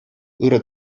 ырӑ